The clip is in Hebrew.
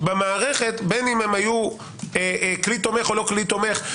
במערכת בין אם היו כלי תומך או לא כלי תומך.